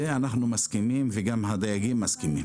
בזה אנחנו מסכימים וגם הדייגים מסכימים.